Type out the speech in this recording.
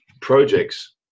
projects